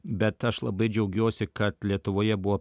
bet aš labai džiaugiuosi kad lietuvoje buvo